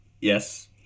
Yes